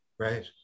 Right